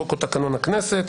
חוק או תקנון הכנסת.